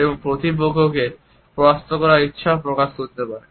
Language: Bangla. এবং প্রতিপক্ষকে পরাস্ত করার ইচ্ছাও প্রকাশ করতে পারে